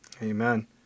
Amen